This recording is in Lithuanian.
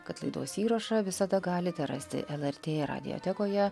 kad laidos įrašą visada galite rasti lrt radiotekoje